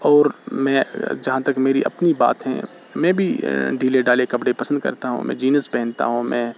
اور میں جہاں تک میری اپنی بات ہیں میں بھی ڈھیلے ڈھالے کپڑے پسند کرتا ہوں میں جینس پہنتا ہوں میں